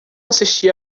assisti